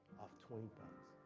off twenty bucks.